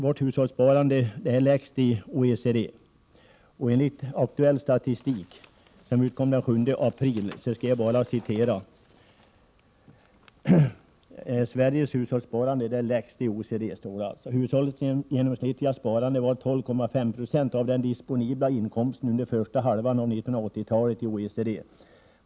Vårt hushållssparande är lägst i OECD, enligt Aktuell Statistik, som utkom den 7 april: ”Hushållens genomsnittliga sparande var 12,5 procent av den disponibla inkomsten under första halvan av 1980-talet i OECD.